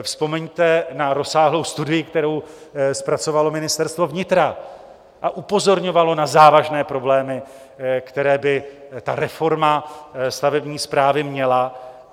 Vzpomeňte na rozsáhlou studii, kterou zpracovalo Ministerstvo vnitra, a upozorňovalo na závažné problémy, které by reforma stavební správy měla.